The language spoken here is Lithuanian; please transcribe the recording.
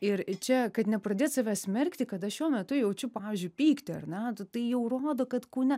ir čia kad nepradėt savęs smerkti kad aš šiuo metu jaučiu pavyzdžiui pyktį ar ne tai jau rodo kad kūne